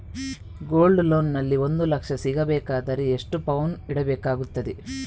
Gold loan ನಲ್ಲಿ ಒಂದು ಲಕ್ಷ ಸಿಗಬೇಕಾದರೆ ಎಷ್ಟು ಪೌನು ಇಡಬೇಕಾಗುತ್ತದೆ?